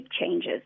changes